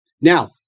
Now